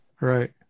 Right